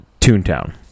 Toontown